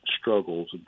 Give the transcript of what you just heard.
struggles